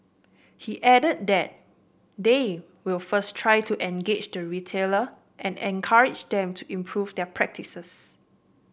he added that they will first try to engage the retailer and encourage them to improve their practices